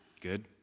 Good